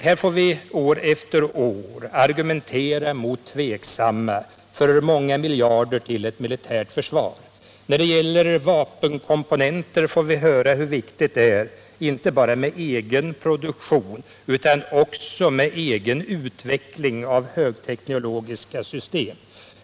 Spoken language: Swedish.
Här får vi år efter år argumentera mot tveksamma för många miljarder till det militära försvaret. När det gäller vapenkomponenter får vi höra hur viktigt det är inte bara med egen produktion utan också med egen utveckling av högteknologiska system.